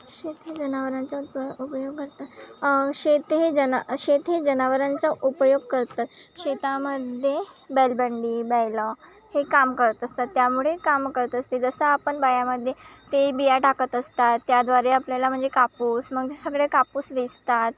शेत हे जनावरांचा उप उपयोग करतात शेत हे जना शेत हे जनावरांचा उपयोग करतात शेतामध्ये बैलबंडी बैल हे काम करत असतात त्यामुळे काम करत असते जसं आपण बाया मध्ये ते बिया टाकत असतात त्याद्वारे आपल्याला म्हणजे कापूस मग ते सगळे कापूस वेचतात